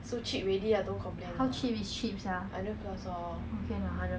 how cheap is cheap sia okay ah hundred plus